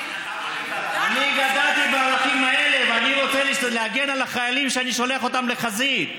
אני גדלתי בערכים האלה ואני רוצה להגן על החיילים שאני שולח לחזית,